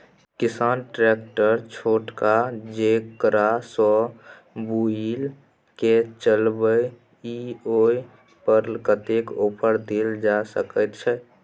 किसान ट्रैक्टर छोटका जेकरा सौ बुईल के चलबे इ ओय पर कतेक ऑफर दैल जा सकेत छै?